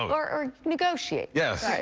or negotiate. yeah